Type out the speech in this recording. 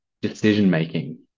decision-making